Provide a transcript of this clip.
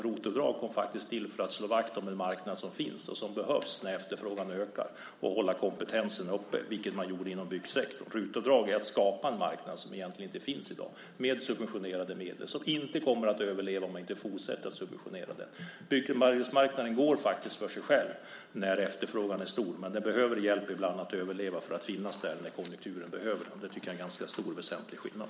ROT-avdrag kom till för att slå vakt om en marknad som finns och som behövs när efterfrågan ökar och för att hålla kompetensen uppe - vilket man gjorde inom byggsektorn. RUT-avdrag är att skapa en marknad som egentligen inte finns i dag med subventionerade medel, som inte kommer att överleva utan fortsatt subventionering. Byggarbetsmarknaden går faktiskt för sig själv när efterfrågan är stor, men den behöver ibland hjälp att överleva för att finnas där när konjunkturen behöver den. Det är en stor och väsentlig skillnad.